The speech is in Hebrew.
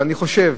ואני חושב